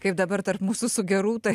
kaip dabar tarp mūsų su gerūta